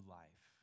life